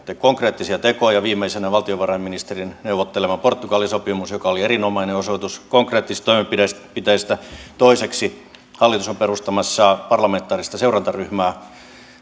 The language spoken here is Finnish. konkreettisia tekoja viimeisenä valtiovarainministerin neuvottelema portugali sopimus joka oli erinomainen osoitus konkreettisesta toimenpiteestä toiseksi hallitus on perustamassa parlamentaarista seurantaryhmää